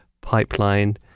pipeline